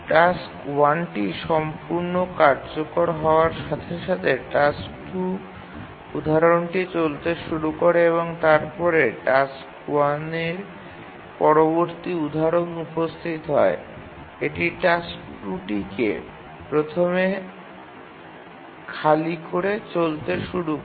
task 1টি সম্পূর্ণ কার্যকর হওয়ার সাথে সাথে টাস্ক ২উদাহরণটি চলতে শুরু করে এবং তারপরে টাস্ক 1 এর পরবর্তী উদাহরণ উপস্থিত হয় এটি টাস্ক ২টিকে প্রথমে খালি করে চলতে শুরু করে